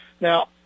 Now